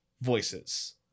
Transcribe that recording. voices